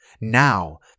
Now